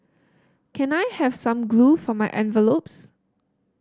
can I have some glue for my envelopes